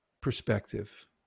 perspective